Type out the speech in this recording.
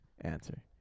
answer